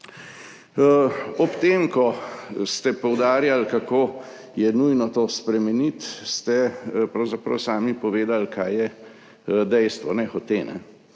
Ob tem, ko ste poudarjali, kako je nujno to spremeniti, ste pravzaprav sami povedali, kaj je dejstvo, nehote.